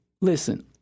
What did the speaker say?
Listen